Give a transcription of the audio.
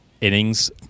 innings